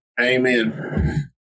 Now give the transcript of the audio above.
amen